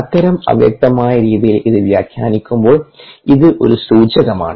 അത്തരം അവ്യക്തമായ രീതിയിൽ ഇത് വ്യാഖ്യാനിക്കുമ്പോൾ ഇത് ഒരു സൂചകമാണ്